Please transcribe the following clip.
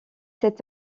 sept